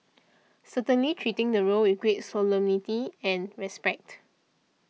certainly treating the role with great solemnity and respect